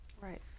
Right